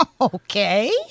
Okay